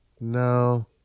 No